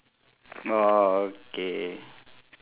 orh okay